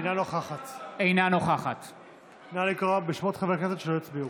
אינה נוכחת נא לקרוא בשמות חברי הכנסת שלא הצביעו.